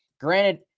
granted